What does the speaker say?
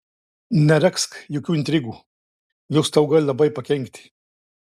neregzk jokių intrigų jos tau gali labai pakenkti